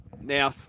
Now